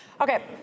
Okay